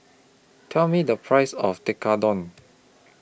Tell Me The Price of Tekkadon